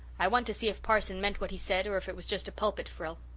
i want to see if parson meant what he said or if it was just a pulpit frill.